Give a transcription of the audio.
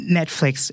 Netflix